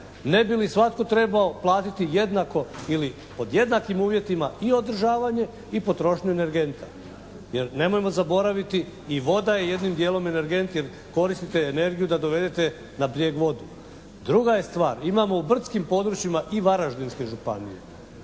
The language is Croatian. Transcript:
Ne bi li svatko trebao platiti jednako ili pod jednakim uvjetima i održavanje i potrošnju energenta? Jer nemojmo zaboraviti i voda je jednim dijelom energent jer koristite energiju da dovedete na brijeg vodu. Druga je stvar imamo u brdskim područjima i Varaždinske županije